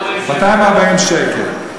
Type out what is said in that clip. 240 שקל.